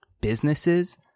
businesses